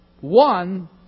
one